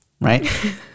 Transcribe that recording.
right